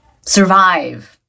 survive